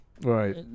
Right